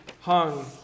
hung